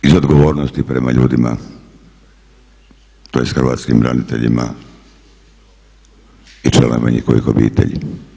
Iz odgovornosti prema ljudima tj. hrvatskim braniteljima i članovima njihovih obitelji.